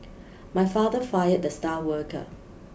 my father fired the star worker